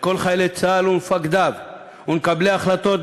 לכל חיילי צה"ל ומפקדיו ומקבלי ההחלטות,